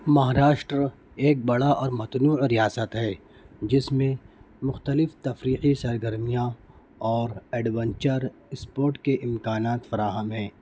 مہاراشٹرا ایک بڑا اور متنوع ریاست ہے جس میں مختلف تفریحی سرگرمیاں اور ایڈونچر اسپوٹ کے امکانات فراہم ہیں